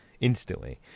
instantly